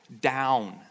down